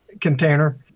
container